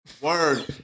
Word